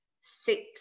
six